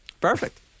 Perfect